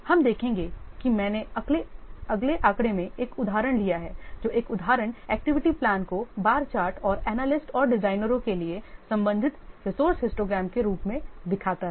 हम देखेंगे कि मैंने अगले आंकड़े में एक उदाहरण लिया है जो एक उदाहरण एक्टिविटी प्लान को बार चार्ट और एनालिस्ट और डिजाइनरों के लिए संबंधित रिसोर्से हिस्टोग्राम के रूप में दिखाता है